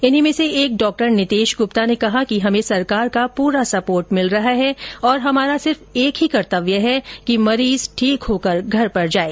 इन्हीं में से एक डॉक्टर नितेश गुप्ता ने कहा कि हमे सरकार का पूरा सपोर्ट मिल रहा है और हमारा सिर्फ एक ही कर्तव्य है कि मरीज ठीक होकर घर पर जाये